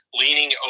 leaning